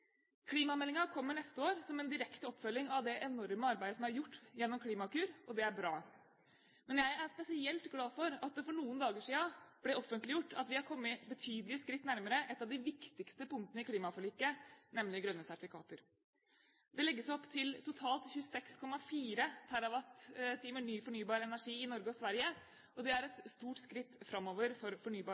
Klimameldingen kommer neste år som en direkte oppfølging av det enorme arbeidet som er gjort gjennom Klimakur, og det er bra. Men jeg er spesielt glad for at det for noen dager siden ble offentliggjort at vi er kommet betydelige skritt nærmere et av de viktigste punktene i klimaforliket, nemlig grønne sertifikater. Det legges opp til totalt 26,4 TWh ny fornybar energi i Norge og Sverige. Det er stort skritt framover for